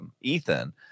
Ethan